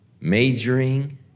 majoring